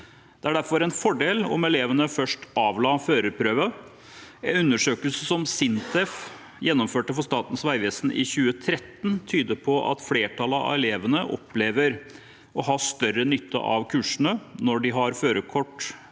Det var derfor en fordel om elevene først avla førerprøve. En undersøkelse Sintef gjennomførte for Statens vegvesen i 2013, tyder på at flertallet av elevene selv opplever å ha større nytte av kursene når de har hatt førerkort